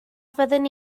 fydden